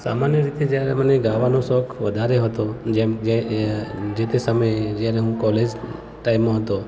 સામાન્ય રીતે મને જયારે ગાવાનો શોખ વધારે હતો જેમ કે જે તે સમયે જ્યારે હું કૉલેજ ટાઈમમાં હતો